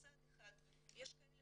מצד אחד יש כאלה